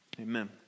Amen